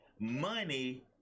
money